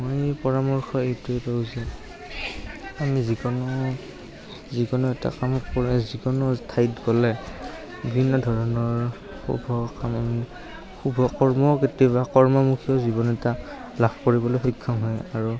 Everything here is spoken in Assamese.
মই পৰামৰ্শ এইটোৱেই দিওঁ যে আমি যিকোনো যিকোনো এটা কাম কৰে যিকোনো ঠাইত গ'লে বিভিন্ন ধৰণৰ শুভ কাম শুভ কৰ্ম কেতিয়াবা কৰ্মমুখীও জীৱন এটা লাভ কৰিবলৈ সক্ষম হয় আৰু